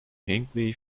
hinckley